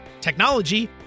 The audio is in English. technology